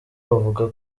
bavuga